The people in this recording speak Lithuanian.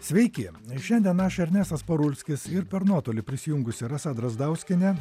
sveiki šiandien aš ernestas parulskis ir per nuotolį prisijungusi rasa drazdauskienė